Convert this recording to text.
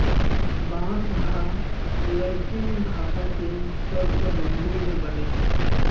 बांस ह लैटिन भासा के सब्द बंबू ले बने हे